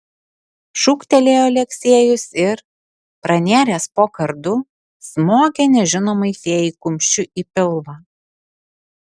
šūktelėjo aleksejus ir pranėręs po kardu smogė nežinomai fėjai kumščiu į pilvą